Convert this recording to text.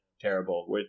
terrible